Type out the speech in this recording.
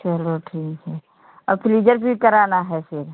चलो ठीक है फ्रीजर भी कराना है फ़िर